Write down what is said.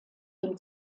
dem